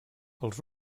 els